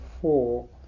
four